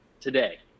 today